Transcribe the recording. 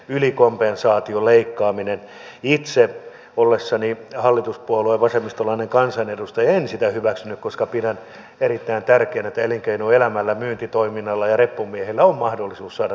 ylikompensaation leikkaamista itse ollessani hallituspuolueen vasemmistolainen kansanedustaja en hyväksynyt koska pidän erittäin tärkeänä että elinkeinoelämällä myyntitoiminnalla ja reppumiehillä on mahdollisuus saada nämä korvaukset